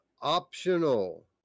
optional